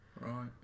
right